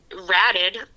ratted